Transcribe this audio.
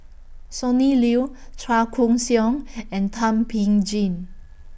Sonny Liew Chua Koon Siong and Thum Ping Tjin